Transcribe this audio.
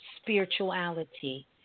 spirituality